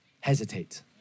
hesitate